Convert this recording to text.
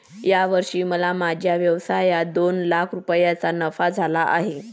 या वर्षी मला माझ्या व्यवसायात दोन लाख रुपयांचा नफा झाला आहे